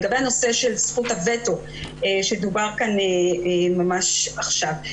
לגבי הנושא של זכות הוטו שדובר כאן ממש עכשיו.